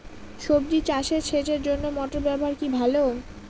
সবজি চাষে সেচের জন্য মোটর ব্যবহার কি ভালো?